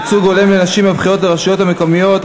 ייצוג הולם לנשים בבחירות לרשויות המקומיות),